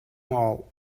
all